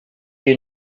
you